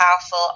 powerful